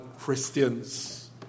Christians